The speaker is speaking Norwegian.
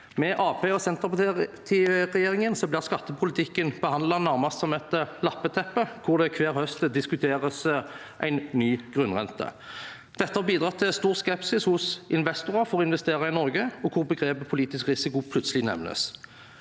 Arbeiderparti–Senterparti-regjeringen blir skattepolitikken behandlet nærmest som et lappeteppe, der det hver høst diskuteres en ny grunnrente. Dette har bidratt til stor skepsis blant investorer for å investere i Norge, der begrepet «politisk risiko» plutselig nevnes.